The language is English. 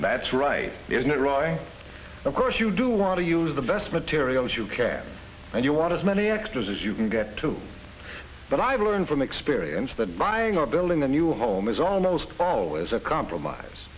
that's right is not right of course you do want to use the best materials you care and you want as many extras as you can get to but i've learned from experience that buying or building the new home is almost always a compromise